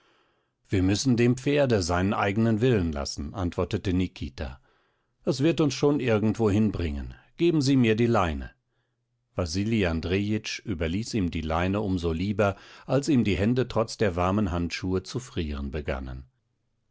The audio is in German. wir müssen dem pferde seinen eigenen willen lassen antwortete nikita es wird uns schon irgendwohin bringen geben sie mir die leine wasili andrejitsch überließ ihm die leine um so lieber als ihm die hände trotz der warmen handschuhe zu frieren begannen